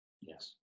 Yes